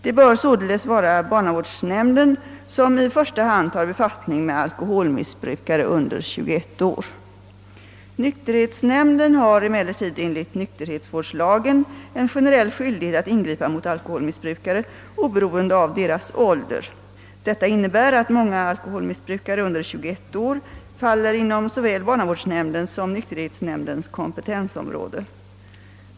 Det bör således vara barnavårdsnämnden som i första hand tar befattning med alkoholmissbrukare under 21 år. Nykterhetsnämnden har emellertid enligt nykterhetsvårdslagen en generell skyldighet att ingripa mot alkoholmissbrukare, oberoende av deras ålder. Detta innebär, att många alkoholmissbrukare under 21 år faller inom såväl barnavårdsnämndens som nykterhetsnämndens kompetensområde.